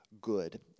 good